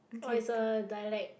oh it's a dialect